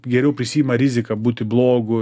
geriau prisiima riziką būti blogu